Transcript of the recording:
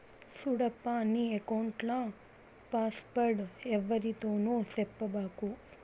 సూడప్పా, నీ ఎక్కౌంట్ల పాస్వర్డ్ ఎవ్వరితోనూ సెప్పబాకు